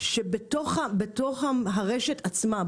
שבתוך הרשת עצמה,